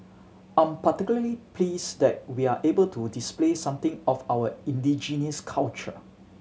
I'm particularly pleased that we're able to display something of our indigenous culture